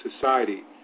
society